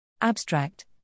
Abstract